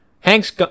Hank's